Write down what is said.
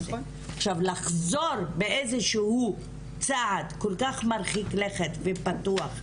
עכשיו לחזור באיזשהו צעד כל כך מרחיק לכת ופתוח,